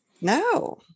no